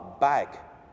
back